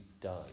done